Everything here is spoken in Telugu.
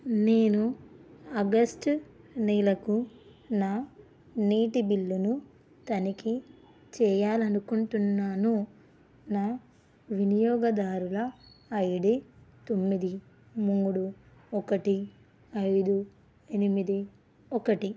నేను అగస్ట్ నెలకు నా నీటి బిల్లును తనిఖీ చెయ్యాలనుకుంటున్నాను నా వినియోగదారుల ఐ డీ తొమ్మిది మూడు ఒకటి ఐదు ఎనిమిది ఒకటి